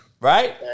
right